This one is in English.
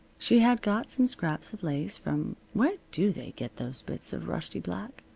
she had got some scraps of lace from where do they get those bits of rusty black?